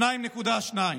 2.2 מיליון.